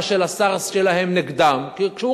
ועכשיו, לעצם העניין.